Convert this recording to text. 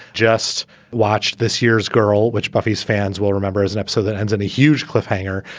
just watch this year's girl, which buffy's fans will remember is and up so that ends in a huge cliffhanger.